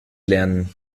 lernen